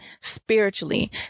spiritually